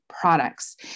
products